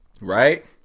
right